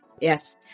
yes